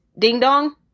ding-dong